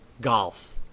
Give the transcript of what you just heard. Golf